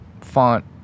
font